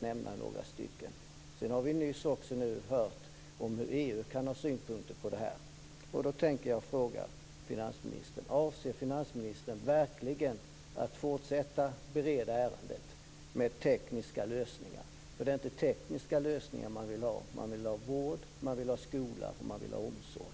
Vi har nyss också hört hur EU kan ha synpunkter på detta. Avser finansministern verkligen att fortsätta att bereda ärendet med tekniska lösningar? Det är inte tekniska lösningar man vill ha. Man vill ha vård. Man vill ha skola. Man vill ha omsorg.